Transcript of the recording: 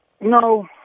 No